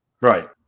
Right